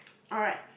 alright